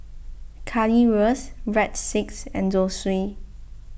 Currywurst Breadsticks and Zosui